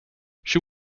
she